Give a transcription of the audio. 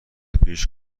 پیش